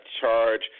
charge